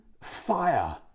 fire